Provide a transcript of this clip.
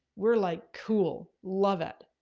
we're like cool, love it.